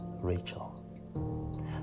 Rachel